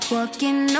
Walking